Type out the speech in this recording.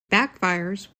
backfires